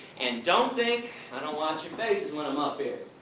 and don't think i don't watch your faces when i'm up here.